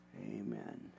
Amen